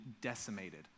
decimated